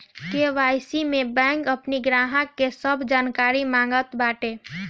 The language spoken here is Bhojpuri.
के.वाई.सी में बैंक अपनी ग्राहक के सब जानकारी मांगत बाटे